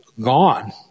gone